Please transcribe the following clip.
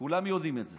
כולם יודעים את זה.